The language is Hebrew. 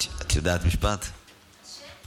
הרבה יותר